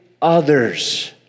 others